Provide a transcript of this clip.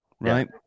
right